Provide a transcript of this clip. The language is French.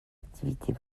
activités